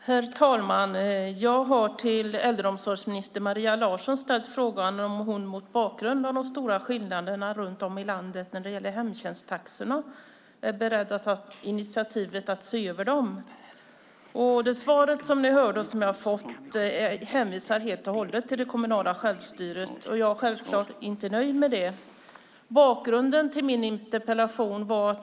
Herr talman! Jag har till äldreomsorgsminister Maria Larsson ställt frågan om hon mot bakgrund av de stora skillnaderna runt om i landet i hemtjänsttaxorna är beredd att ta initiativ till att se över dem. I det svar som ni hörde och som jag fått hänvisas helt och hållet till det kommunala självstyret. Jag är självklart inte nöjd med det. Bakgrunden till min interpellation är följande.